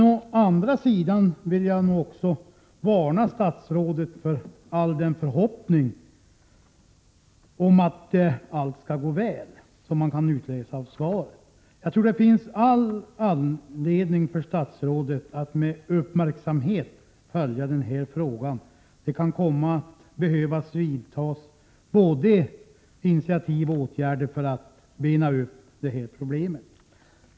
Å andra sidan vill jag varna statsrådet för den förhoppning om att allt skall gå väl som kan utläsas av svaret. Det finns anledning för statsrådet att med uppmärksamhet följa frågan, då det kan komma att behövas både initiativ och åtgärder för att problemet skall kunna benas upp.